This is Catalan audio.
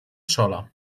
sola